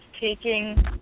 taking